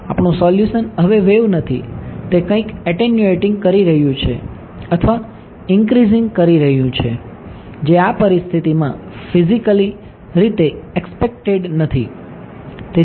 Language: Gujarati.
આપણું સોલ્યુશન હવે વેવ નથી તે કંઇક એટેન્યુએટિંગ કરી રહ્યું છે અથવા ઇંકરીઝીંગ કરી રહ્યું છે જે આ પરિસ્થિતિમાં ફિઝિકલી રીતે એકસ્પેકટેડ નથી